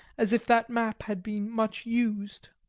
as if that map had been much used.